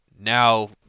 Now